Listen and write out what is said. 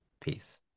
Peace